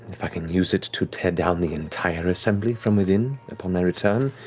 if i can use it to tear down the entire assembly from within upon my return,